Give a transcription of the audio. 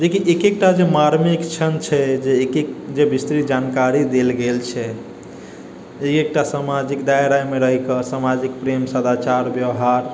जेकि एक एक टा जे मार्मिक क्षण छै जे एक एक जे विस्तृत जानकारी देल गेल छै एक एक टा सामाजिक दायरामे रहि कऽ समाजिक प्रेम सदाचार व्यवहार